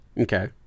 okay